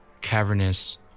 cavernous